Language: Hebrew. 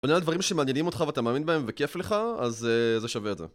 זה עונה על דברים שמעניינים אותך ואתה מאמין בהם וכיף לך, אז זה שווה את זה.